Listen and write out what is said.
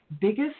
biggest